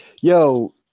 Yo